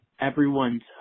everyone's